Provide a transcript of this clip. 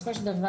בסופו של דבר,